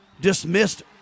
dismissed